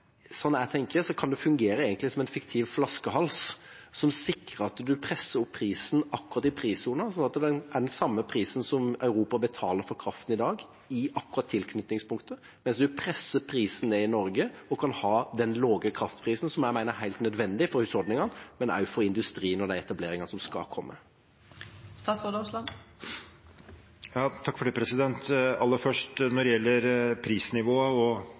jeg tenker, kan det fungere som en fiktiv flaskehals, som sikrer at en presser opp prisen akkurat i prissonen, slik at det er den samme prisen som Europa betaler for kraften i dag, akkurat i tilknytningspunktet, mens en presser prisen ned i Norge og kan ha den lave kraftprisen som jeg mener er helt nødvendig for husholdningene og industrien og de etableringene som skal komme. Aller først: Når det gjelder prisnivået og muligheten for